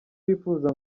bifuza